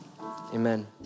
amen